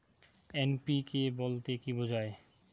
NPK বলতে কী বোঝায়?